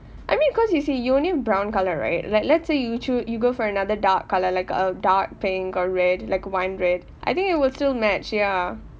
I mean because you see you only brown colour right like let's say you choose you go for another dark colour like a dark pink or red like wine red I think it will still match ya